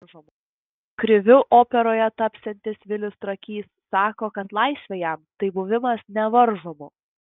kriviu operoje tapsiantis vilius trakys sako kad laisvė jam tai buvimas nevaržomu